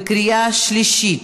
בקריאה שלישית.